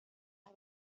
las